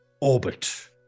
orbit